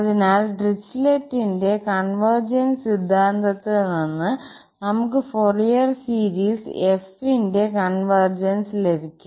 അതിനാൽ ഡിറിച്ലെറ്റിന്റെ കൺവെർജൻസ് സിദ്ധാന്തത്തിൽ നിന്ന് നമുക്ക് ഫൊറിയർ സീരീസ് f ന്റെ കൺവെർജൻസ് ലഭിക്കും